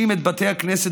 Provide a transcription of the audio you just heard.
מס הכנסה